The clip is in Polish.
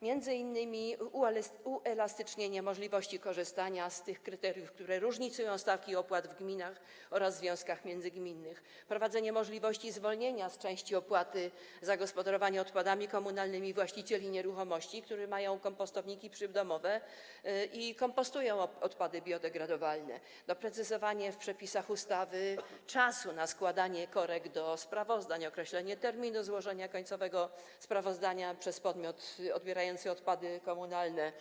To m.in.: uelastycznienie możliwości korzystania z tych kryteriów, które różnicują stawki opłat w gminach oraz związkach międzygminnych; wprowadzenie możliwości zwolnienia z części opłaty za gospodarowanie odpadami komunalnymi właścicieli nieruchomości, którzy mają kompostowniki przydomowe i kompostują odpady biodegradowalne; doprecyzowanie w przepisach ustawy czasu na składanie korekt do sprawozdań i określenie terminu złożenia końcowego sprawozdania przez podmiot odbierający odpady komunalne